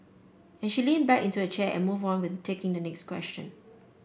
and she leaned back into her chair and moved on with taking the next question